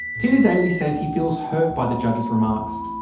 peter daly says he feels hurt by the judge's remarks.